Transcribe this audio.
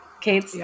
Kate